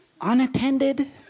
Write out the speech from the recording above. Unattended